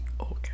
Okay